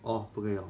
orh 不可以了